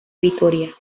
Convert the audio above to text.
vitoria